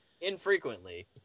Infrequently